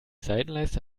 seitenleiste